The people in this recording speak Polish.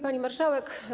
Pani Marszałek!